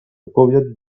powiat